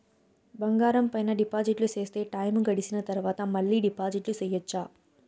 బంగారం పైన డిపాజిట్లు సేస్తే, టైము గడిసిన తరవాత, మళ్ళీ డిపాజిట్లు సెయొచ్చా?